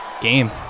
Game